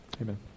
Amen